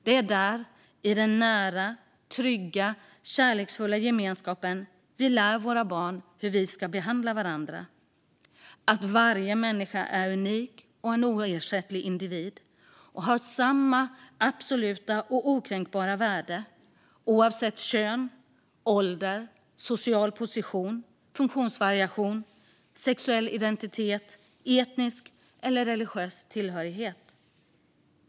Det är där, i den nära, trygga och kärleksfulla gemenskapen vi lär våra barn hur vi ska behandla varandra. Vi lär dem att varje människa är en unik och oersättlig individ och har samma absoluta och okränkbara värde, oavsett kön, ålder, social position, funktionsvariation, sexuell identitet, etnisk eller religiös tillhörighet.